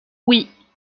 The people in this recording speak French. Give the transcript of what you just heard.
oui